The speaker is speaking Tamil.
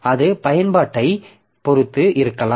அது பயன்பாட்டைப் பொறுத்து இருக்கலாம்